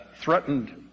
threatened